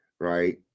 right